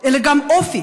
אלא גם אופי,